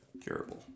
Curable